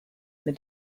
mit